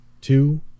two